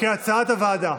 כהצעת הוועדה.